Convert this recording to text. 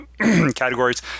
categories